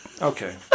Okay